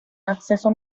acceso